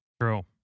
True